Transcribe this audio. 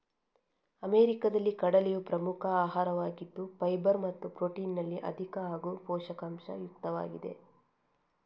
ಅಮೆರಿಕಾದಲ್ಲಿ ಕಡಲೆಯು ಪ್ರಮುಖ ಆಹಾರವಾಗಿದ್ದು ಫೈಬರ್ ಮತ್ತು ಪ್ರೊಟೀನಿನಲ್ಲಿ ಅಧಿಕ ಹಾಗೂ ಪೋಷಕಾಂಶ ಯುಕ್ತವಾಗಿದೆ